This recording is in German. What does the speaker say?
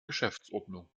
geschäftsordnung